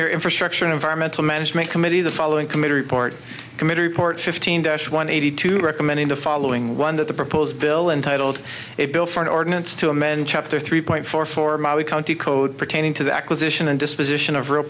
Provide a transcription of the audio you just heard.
your infrastructure environmental management committee the following committee report committee report fifteen dash one eighty two recommending the following one that the proposed bill entitled a bill for an ordinance to amend chapter three point four for my we county code pertaining to the acquisition and disposition of real